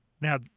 Now